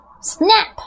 Snap